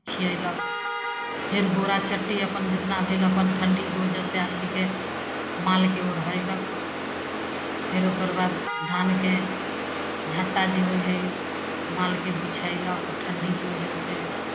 खियेलक फेर बोरा चट्टी अपन जेतना भेल अपन ठण्डीके ओजह से आदमीके मालके ओढ़यलक फेर ओकर बाद धानके झट्टा जे होइ हइ मालके बिछेलक ठण्डीके ओजह से